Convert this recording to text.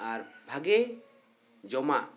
ᱟᱨ ᱵᱷᱟᱜᱮ ᱡᱚᱢᱟᱜ